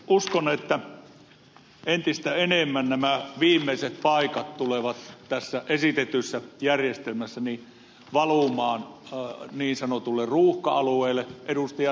uskon että entistä enemmän nämä viimeiset paikat tulevat tässä esitetyssä järjestelmässä valumaan niin sanotulle ruuhka alueelle ed